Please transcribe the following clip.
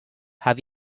have